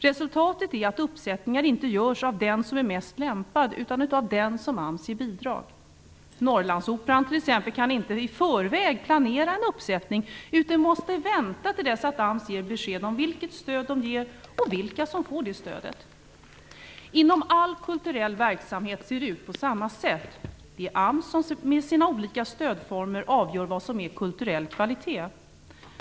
Resultatet är att uppsättningar inte görs av den som är mest lämpad, utan av den som AMS ger bidrag till. Norrlandsoperan kan t.ex. inte i förväg planera en uppsättning, utan måste vänta till dess att AMS ger besked om vilket stöd de ger och om vilka som får detta stöd. Inom all kulturell verksamhet ser det ut på samma sätt. Det är AMS som med sina olika stödformer avgör vad som är kulturell kvalitet.